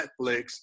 Netflix